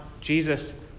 Jesus